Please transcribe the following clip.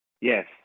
Yes